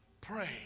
pray